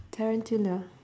tarantula